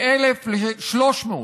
מ-1,000 ל-300,